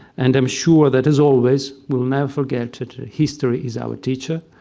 and i'm sure that, as always, we'll never forget that history is our teacher.